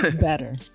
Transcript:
Better